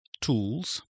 tools